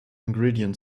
ingredient